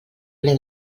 ple